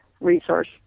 resource